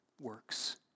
works